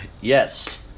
Yes